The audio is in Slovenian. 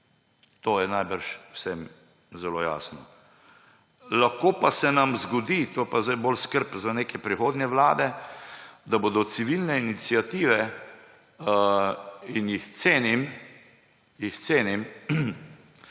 To je najbrž vsem zelo jasno. Lahko pa se nam zgodi, to pa je sedaj bolj skrb za neke prihodnje vlade, da bodo civilne iniciative, in jih cenim, tiste,